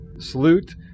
Salute